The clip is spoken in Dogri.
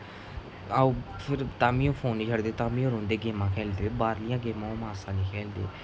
आओ फिर तां बी फोन नेईं छड़दे तां बी रौंह्दे गेमां खेढदे बाह्रलियां गेमां मासा नेईं खेढदे